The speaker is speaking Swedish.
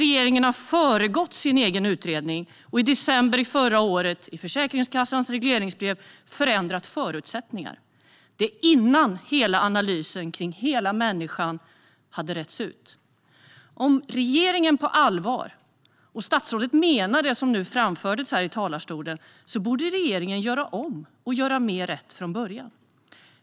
Regeringen har föregripit sin egen utredning genom att i december förra året, i Försäkringskassans regleringsbrev, förändra förutsättningarna. Det skedde innan hela analysen kring hela människan var färdig. Om regeringen och statsrådet på allvar menar det som nu framfördes här i talarstolen borde regeringen göra om och göra mer rätt från början.